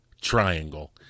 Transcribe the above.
triangle